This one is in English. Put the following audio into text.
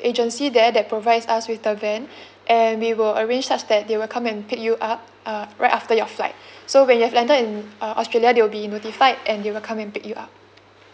agency there that provides us with the van and we will arrange such that they will come and pick you up uh right after your flight so when you've landed in uh australia they will be notified and they will come and pick you up